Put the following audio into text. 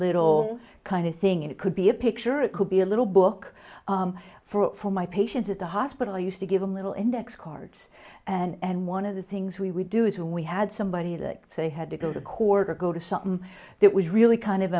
little kind of thing it could be a picture or it could be a little book for my patients at the hospital i used to give them a little index cards and one of the things we would do is when we had somebody that they had to go to court or go to something that was really kind of